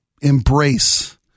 embrace